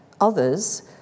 others